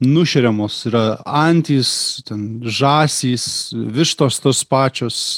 nušeriamos yra antys ten žąsys vištos tos pačios